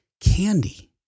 candy